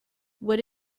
what